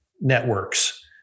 networks